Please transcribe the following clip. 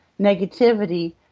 negativity